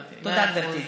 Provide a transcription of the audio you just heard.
אוקיי, הבנתי.